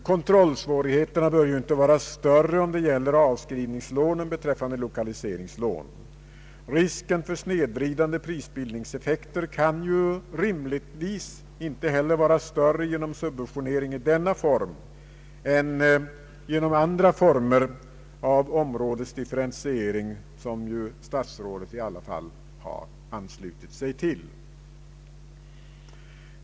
Kontrollsvårigheterna bör ju inte vara större för avskrivningslån än för lokaliseringslån. Risken för snedvridande prisbildningseffekter kan rimligtvis inte heller vara större genom subventionering i denna form än genom andra former för områdesdifferentiering som statsrådet i alla fall har anslutit sig till.